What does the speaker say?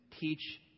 teach